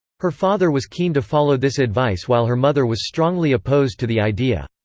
her father was keen to follow this advice while her mother was strongly opposed to the idea.